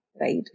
right